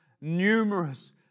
numerous